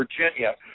Virginia